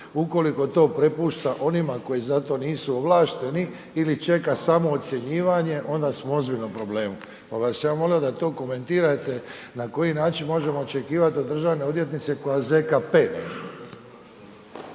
Ukoliko to prepušta onima koji za to nisu ovlašteni ili čeka samo ocjenjivanje, onda smo u ozbiljnom problemu, pa bi vas ja molio da to komentirate, na koji način možemo očekivati od državne odvjetnice koja ZKP